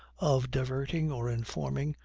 of diverting or informing,